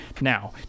Now